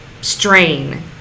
strain